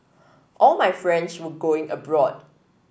all my friends were going abroad